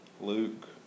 Luke